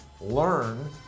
Learn